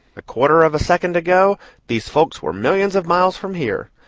a quarter of a second ago these folks were millions of miles from here.